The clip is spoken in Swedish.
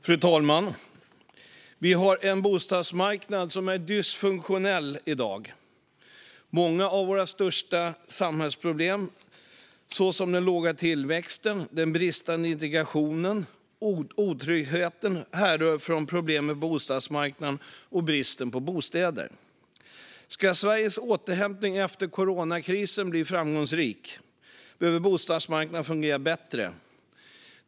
Höjt tak för uppskov med kapitalvinst vid avyttring av privat-bostad Fru talman! Vi har i dag en dysfunktionell bostadsmarknad. Många av våra största samhällsproblem, såsom den låga tillväxten, den bristande integrationen och otryggheten, härrör från problemen på bostadsmarknaden och bristen på bostäder. Om Sveriges återhämtning efter coronakrisen ska bli framgångsrik behöver bostadsmarknaden fungera bättre.